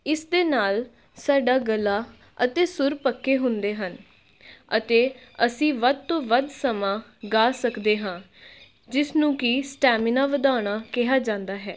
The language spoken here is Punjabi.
ਇਸ ਦੇ ਨਾਲ ਸਾਡਾ ਗਲਾ ਅਤੇ ਸੁਰ ਪੱਕੇ ਹੁੰਦੇ ਹਨ ਅਤੇ ਅਸੀਂ ਵੱਧ ਤੋਂ ਵੱਧ ਸਮਾਂ ਗਾ ਸਕਦੇ ਹਾਂ ਜਿਸ ਨੂੰ ਕਿ ਸਟੈਮੀਨਾ ਵਧਾਉਣਾ ਕਿਹਾ ਜਾਂਦਾ ਹੈ